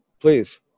Please